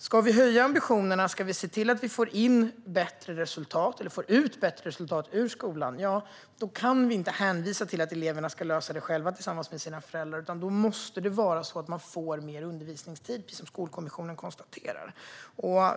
Ska vi höja ambitionerna och se till att vi får ut bättre resultat av skolan kan vi inte hänvisa till att eleverna ska lösa det själva tillsammans med sina föräldrar, utan det måste vara så att de får mer undervisningstid, precis som Skolkommissionen konstaterar.